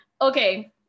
Okay